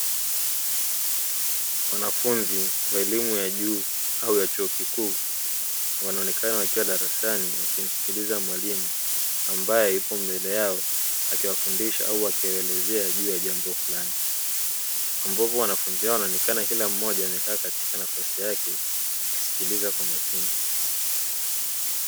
Wanafunzi wa elimu ya juu au ya chuo kikuu wanaonekana wakiwa darasani wakimsikiliza mwalimu, ambaye yupo mbele yao akiwafundisha au akiwaelezea juu ya jambo fulani, ambapo wanafunzi hao wanaonekana kila mmoja amekaa katika nafasi yake akisikiliza kwa makini.